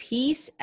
Peace